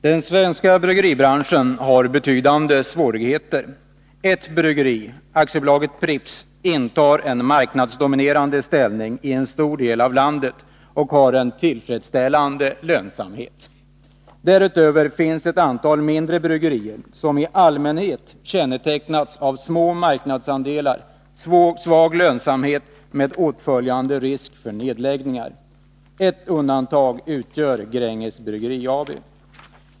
Herr talman! Den svenska bryggeribranschen har betydande svårigheter. Ett bryggeri, AB Pripps, intar en marknadsdominerande ställning i en stor del av landet och har en tillfredsställande lönsamhet. Därutöver finns ett antal mindre bryggerier, som i allmänhet kännetecknas av små marknadsandelar och svag lönsamhet med åtföljande risk för nedläggningar. Ett undantag utgör Gränges Bryggeri AB.